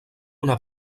una